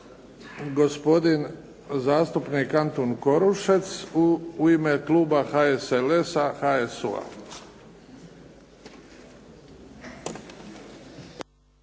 gospodin zastupnik Antun Korušec u ime kluba HSLS-a, HSU-a.